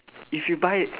if you buy